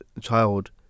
child